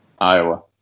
Iowa